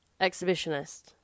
exhibitionist